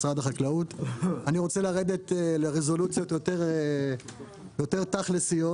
רוצה לרדת לרזולוציות יותר תכ'לסיות.